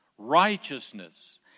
Righteousness